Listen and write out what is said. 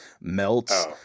melts